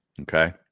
Okay